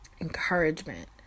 encouragement